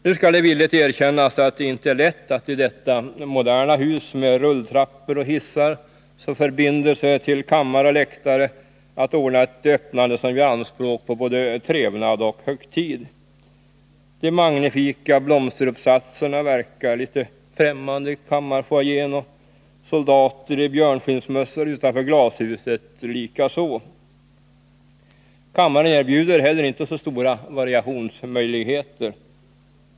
Nu skall det villigt erkännas att det inte är lätt att i detta moderna hus med rulltrappor och hissar som förbindelse till kammare och läktare ordna ett öppnande som gör anspråk på både trevnad och högtid. De magnifika blomsteruppsatserna verkar litet främmande i kammarfoajén, soldater i björnskinnsmössor utanför glashuset likaså. Kammaren erbjuder heller inte såstora variationsmöjligheter.